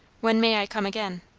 when may i come again?